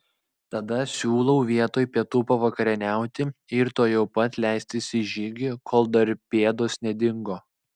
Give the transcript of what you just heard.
tada siūlau vietoj pietų pavakarieniauti ir tuojau pat leistis į žygį kol dar pėdos nedingo